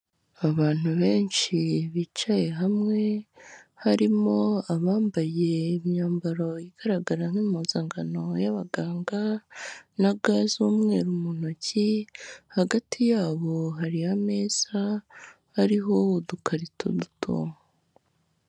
Abantu benshi bicaye hamwe, harimo abambaye imyambaro igaragara nk'impuzangano y'abaganga na ga z'umweru mu ntoki, hagati yabo hari ameza ariho udukarito duto.